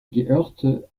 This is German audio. gehörte